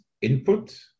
input